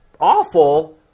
awful